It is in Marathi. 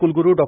कुलगुरु डॉ